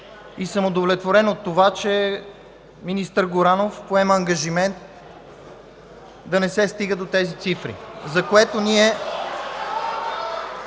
и съм удовлетворен от това, че министър Горанов поема ангажимент да не се стига до тези цифри, за което ние